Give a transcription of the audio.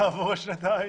יעברו שנתיים.